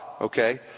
okay